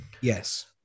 Yes